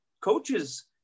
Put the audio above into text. Coaches